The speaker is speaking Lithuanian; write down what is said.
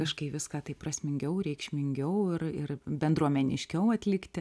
kažkaip viską taip prasmingiau reikšmingiau ir ir bendruomeniškiau atlikti